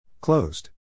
Closed